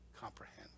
comprehend